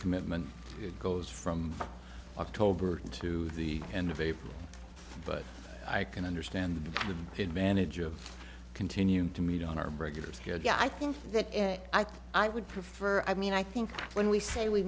commitment it goes from october to the end of april but i can understand it manager of continuing to meet on our regular schedule i think that i think i would prefer i mean i think when we say we